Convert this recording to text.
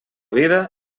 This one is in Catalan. vida